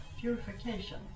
purification